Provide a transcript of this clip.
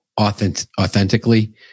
authentically